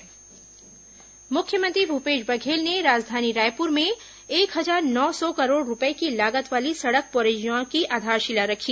मुख्यमंत्री सड़क शिलान्यास मुख्यमंत्री भूपेश बघेल ने राजधानी रायपुर में एक हजार नौ सौ करोड़ रूपए की लागत वाली सड़क परियोजनाओं की आधारशिला रखी